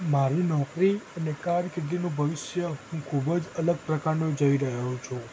મારી નોકરી અને કારકિર્દીનું ભવિષ્ય હું ખૂબ જ અલગ પ્રકારનું જોઈ રહ્યો છું